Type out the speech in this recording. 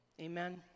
Amen